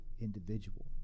individual